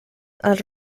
els